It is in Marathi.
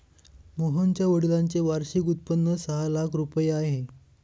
मोहनच्या वडिलांचे वार्षिक उत्पन्न सहा लाख रुपये आहे